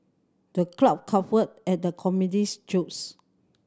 the crowd guffawed at the comedian's jokes